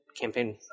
campaign